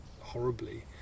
horribly